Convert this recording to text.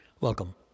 Welcome